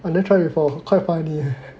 I never try before quite funny eh